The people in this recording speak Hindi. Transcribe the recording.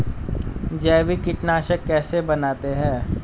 जैविक कीटनाशक कैसे बनाते हैं?